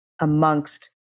amongst